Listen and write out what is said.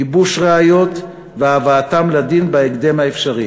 גיבוש ראיות והבאתם לדין בהקדם האפשרי.